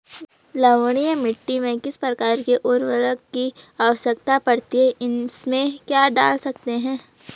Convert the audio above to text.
लवणीय मिट्टी में किस प्रकार के उर्वरक की आवश्यकता पड़ती है इसमें क्या डाल सकते हैं?